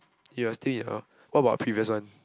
you're still in your what about previous one